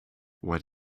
what